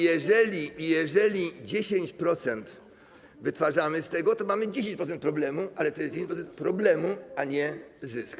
I jeżeli 10% wytwarzamy z tego, to mamy 10% problemu, ale to jest 10% problemu, a nie zysk.